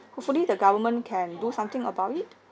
hopefully the government can do something about it